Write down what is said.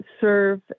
serve